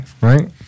right